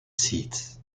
seats